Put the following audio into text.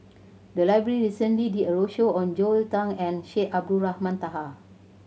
the library recently did a roadshow on Joel Tan and Syed Abdulrahman Taha